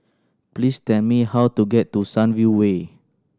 please tell me how to get to Sunview Way